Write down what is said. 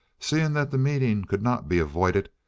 seeing that the meeting could not be avoided,